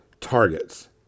Targets